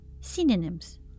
Synonyms